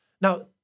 Now